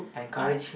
art